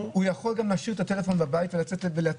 הוא גם יכול להשאיר את הטלפון בבית ולצאת.